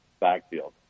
backfield